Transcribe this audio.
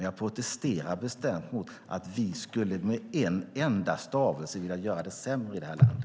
Jag protesterar bestämt mot att vi skulle med en enda stavelse vilja göra det sämre i landet.